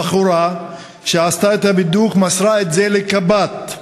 הבחורה שעשתה את הבידוק מסרה את זה לקב"ט,